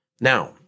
Now